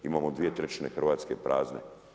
Imamo 2/3 Hrvatske prazne.